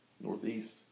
Northeast